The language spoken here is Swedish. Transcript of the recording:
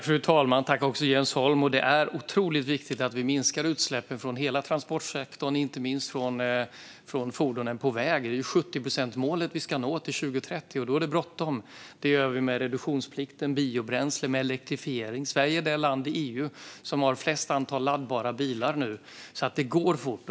Fru talman! Det är otroligt viktigt att vi minskar utsläppen från hela transportsektorn, inte minst från fordon på väg. Vi ska ju nå 70-procentsmålet till 2030, och då är det bråttom. Vi gör det med reduktionsplikten, biobränsle och elektrifiering. Sverige är det land i EU som har det högsta antalet laddbara bilar nu, så det går fort.